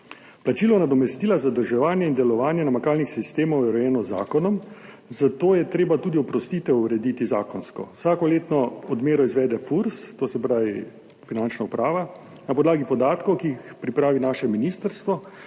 Plačilo nadomestila za vzdrževanje in delovanje namakalnih sistemov je urejeno z zakonom, zato je treba tudi oprostitev urediti zakonsko. Vsakoletno odmero izvede FURS, to se pravi Finančna uprava, na podlagi podatkov, ki jih pripravi naše ministrstvo.